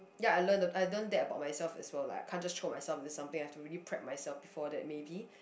ya I learn the I learn that about myself as well lah I can't just throw myself into something I have to really prep myself before that maybe